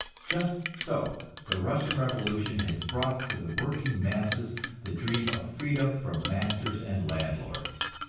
just so the russian revolution has brought to the working masses the dream of freedom from masters and landlords.